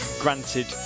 granted